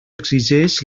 exigeix